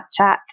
Snapchat